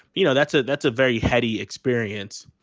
you know, that's a that's a very heady experience.